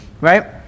right